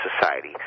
society